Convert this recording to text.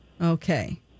Okay